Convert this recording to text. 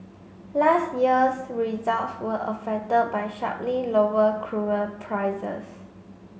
last year's results were affected by sharply lower cruel prices